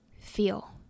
feel